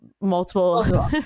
multiple